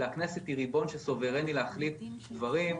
אלא הכנסת היא ריבון שסוברני להחליט דברים.